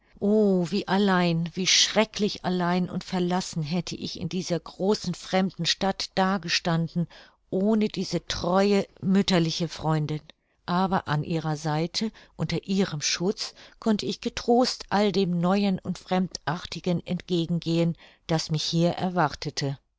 o wie allein wie schrecklich allein und verlassen hätte ich in dieser großen fremden stadt dagestanden ohne diese treue mütterliche freundin aber an ihrer seite unter ihrem schutz konnte ich getrost all dem neuen und fremdartigen entgegen gehen das mich hier erwartete